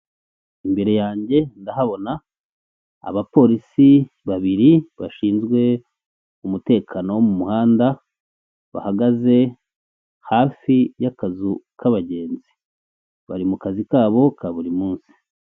Imbere yanjye ndahabona abapolisi babiri bashinzwe umutekano wo mu muhanda, bahagaze hafi y'akazu k'abagenzi bari mu kazi kabo ka buri munsi.